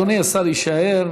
אדוני השר יישאר,